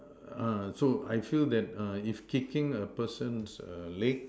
uh so I feel that uh if kicking a person's err leg